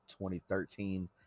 2013